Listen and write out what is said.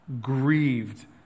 grieved